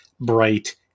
bright